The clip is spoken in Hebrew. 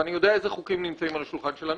ואני יודע איזה חוקים נמצאים על השולחן שלנו.